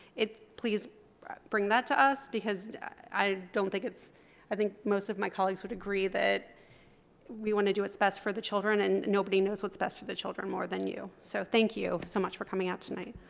it's please bring that to us because i don't think it's i think most of my colleagues would agree that we want to do what's best for the children and nobody knows what's best for the children more than you so thank you so much for coming out tonight.